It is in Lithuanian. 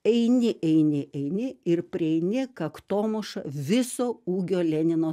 eini eini eini ir prieini kaktomuša viso ūgio lenino